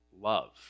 love